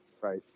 Right